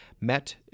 met